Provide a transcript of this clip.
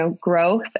growth